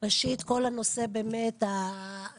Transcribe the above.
ראשית, נושא השכר.